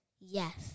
Yes